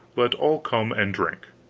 let all come and drink!